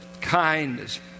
kindness